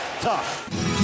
tough